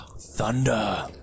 Thunder